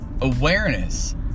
awareness